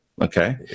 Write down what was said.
Okay